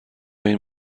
این